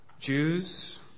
Jews